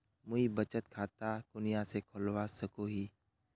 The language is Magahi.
मुई बचत खता कुनियाँ से खोलवा सको ही?